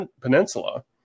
Peninsula